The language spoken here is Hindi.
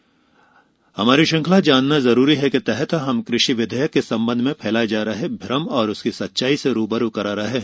जानना जरूरी है हमारी श्रृंखला जानना जरूरी है के तहत हम कृषि विधेयक के संबंध में फैलाए जा रहे भ्रम और उसकी सच्चाई से रू ब रू करा रहे हैं